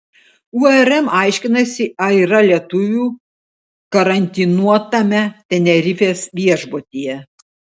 urm aiškinasi ar yra lietuvių karantinuotame tenerifės viešbutyje